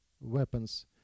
weapons